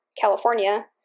California